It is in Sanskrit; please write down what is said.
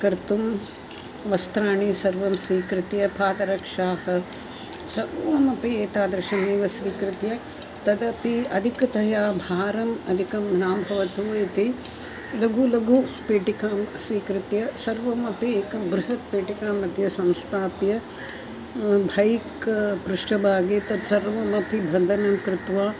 कर्तुं वस्त्राणि सर्वं स्वीकृत्य पादरक्षाः सर्वमपि एतादृशमेव स्वीकृत्य तदपि अधिकतया भारम् अधिकं न भवतु इति लघु लघु पेटिकां स्वीकृत्य सर्वमपि एकं बृहत् पेटिकाम्मध्ये संस्थाप्य भैक् पृष्ठभागे तत्सर्वमपि बन्धनं कृत्वा